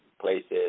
places